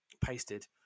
pasted